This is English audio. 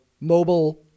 mobile